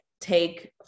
take